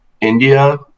India